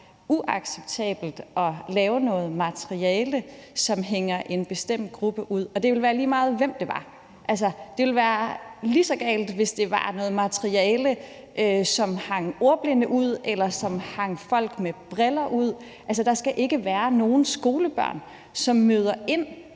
uacceptabelt at lave noget materiale, som hænger en bestemt gruppe ud. Og det ville være lige meget, hvem det var. Det ville være lige så galt, hvis der var noget materiale, som hang ordblinde ud, eller som hang folk med briller ud. Altså, der skal ikke være nogen skolebørn, som møder ind,